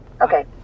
Okay